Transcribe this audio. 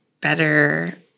better